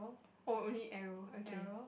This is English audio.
oh only arrow okay